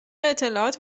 اطلاعات